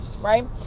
right